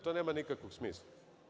To nema nikakvog smisla.